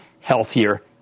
healthier